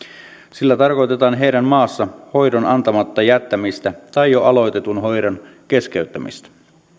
sillä tarkoitetaan heidän maassaan hoidon antamatta jättämistä tai jo aloitetun hoidon keskeyttämistä